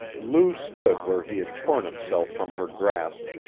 lou stood where he had torn himself from her grasp,